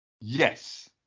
yes